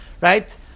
right